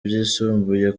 byisumbuye